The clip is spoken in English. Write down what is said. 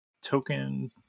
Token